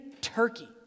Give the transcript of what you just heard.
Turkey